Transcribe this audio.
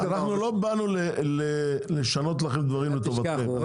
אנחנו לא באנו לשנות לכם דברים לטובתכם,